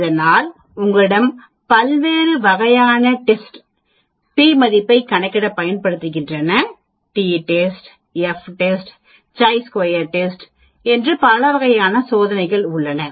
அதனால் உங்களிடம் பல்வேறு வகையான டெஸ்ட் p மதிப்பைக் கணக்கிட பயன்படுத்துகிறீர்கள் t test f test chi சதுர சோதனை பல வேறுபட்ட சோதனை உள்ளது